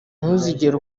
ntuzigere